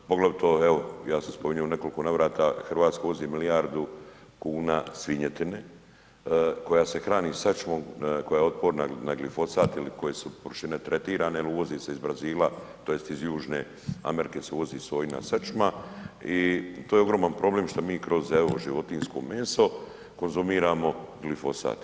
Poglavito evo ja sam spominjao u nekoliko navrata Hrvatska uvozi milijardu kuna svinjetine koja se hrani sačmom koja je otporna na glifosat ili koje su površine tretirane jel uvozi se iz Brazila tj. iz Južne Amerike se uvozi sojina sačma i to je ogroman problem što mi evo kroz životinjsko meso konzumiramo glifosat.